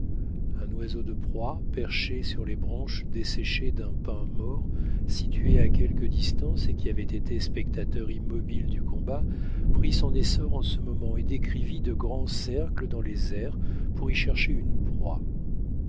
un oiseau de proie perché sur les branches desséchées d'un pin mort situé à quelque distance et qui avait été spectateur immobile du combat prit son essor en ce moment et décrivit de grands cercles dans les airs pour y chercher une proie